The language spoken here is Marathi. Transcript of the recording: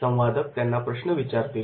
संवादक त्यांना प्रश्न विचारतील